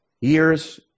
years